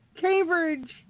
Cambridge